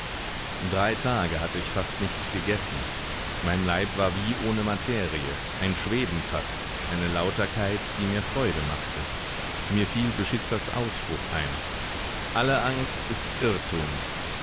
drei tage hatte ich fast nichts gegessen mein leib war wie ohne materie ein schweben fast eine lauterkeit die mir freude machte mir fiel beschitzers ausspruch ein alle angst ist irrtum